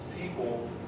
people